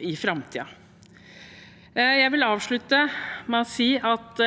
i framtiden. Jeg vil avslutte med å si at